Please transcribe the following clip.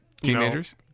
Teenagers